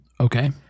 Okay